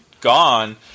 gone